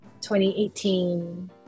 2018